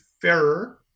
fairer